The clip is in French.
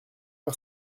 par